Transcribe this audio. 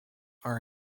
are